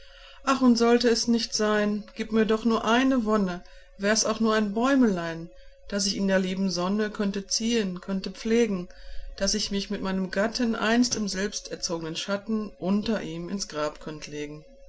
ach und sollte es nicht sein gib mir doch nur eine wonne wärs auch nur ein bäumelein das ich in der lieben sonne könnte ziehen könnte pflegen daß ich mich mit meinem gatten einst im selbsterzognen schatten unter ihm ins grab könnt legen